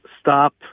stop